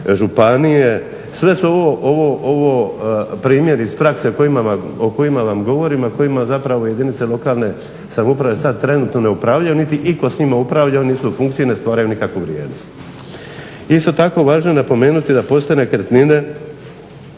županije, sve su ovo primjeri iz prakse o kojima vam govorim a kojima jedinice lokalne samouprave sada trenutno ne upravljaju niti itko s njima upravlja, nisu u funkciji ne stvaraju ikakvu vrijednost. Isto tako važno je napomenuti da postoje nekretnine